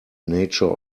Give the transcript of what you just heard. nature